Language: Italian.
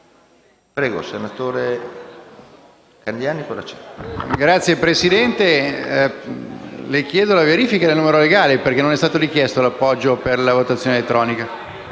Signor Presidente, le chiedo la verifica del numero legale, perché non è stato richiesto l’appoggio per la votazione elettronica.